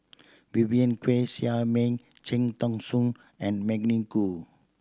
Vivien Quahe Seah Mei Cham Tao Soon and Magdalene Khoo